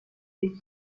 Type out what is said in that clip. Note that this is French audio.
est